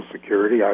Security